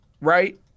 right